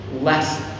less